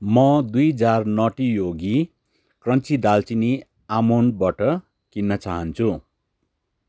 म दुई jar Nutty Yogi crunchy दालचिनी आल्मोन्ड बटर किन्न चाहन्छु